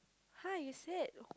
hi you said